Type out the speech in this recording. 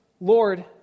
Lord